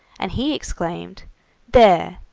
and he exclaimed there,